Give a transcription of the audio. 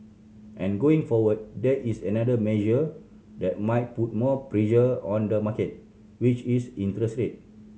and going forward there is another measure that might put more pressure on the market which is interest rate